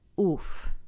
Oof